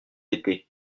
été